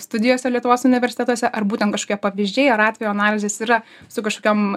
studijose lietuvos universitetuose ar būtent kažkokie pavyzdžiai ar atvejo analizės yra su kažkiom